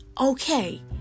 okay